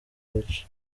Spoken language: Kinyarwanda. gace